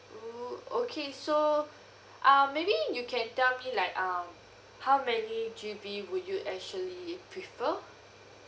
oh okay so um maybe you can tell me like um how many G_B would you actually prefer